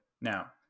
now